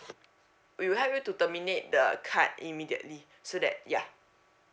we will to terminate the the card immediately so that ya